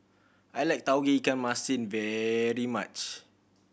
I like Tauge Ikan Masin very much